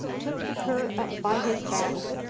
took the cur up by his back,